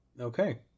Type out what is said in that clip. Okay